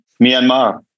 Myanmar